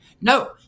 No